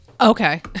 Okay